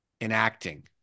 enacting